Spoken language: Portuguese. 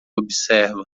observa